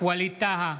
( קורא בשמות